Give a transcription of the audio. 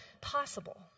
possible